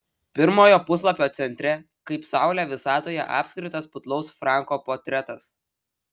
pirmojo puslapio centre kaip saulė visatoje apskritas putlaus franko portretas